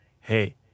Hey